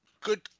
Good